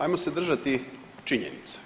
Ajmo se držati činjenica.